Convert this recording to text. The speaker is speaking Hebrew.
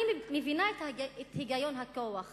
אני מבינה את הגיון הכוח הישראלי.